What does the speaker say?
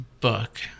book